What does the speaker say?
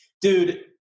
dude